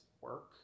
work